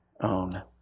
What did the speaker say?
own